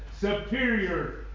superior